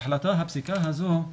שהפסיקה הזו,